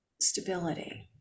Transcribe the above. stability